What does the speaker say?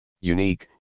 unique